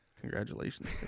Congratulations